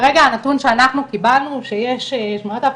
כרגע הנתון שאנחנו קיבלנו הוא שיש שמונת אלפים